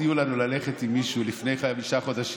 הציעו לנו ללכת עם מישהו לפני חמישה חודשים.